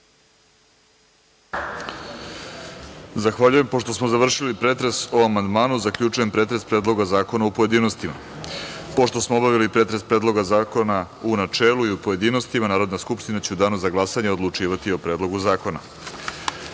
Zahvaljujem. Pošto smo završili pretres o amandmanu, zaključujem pretres Predloga zakona u pojedinostima. Pošto smo obavili pretres Predloga zakona u načelu i u pojedinostima, Narodna skupština će u danu za glasanje odlučivati o Predlogu